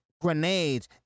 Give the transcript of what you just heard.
grenades